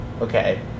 okay